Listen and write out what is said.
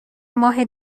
ماه